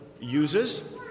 uses